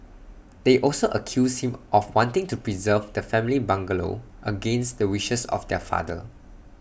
they also accused him of wanting to preserve the family's bungalow against the wishes of their father